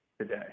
today